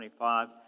25